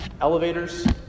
elevators